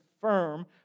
firm